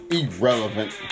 irrelevant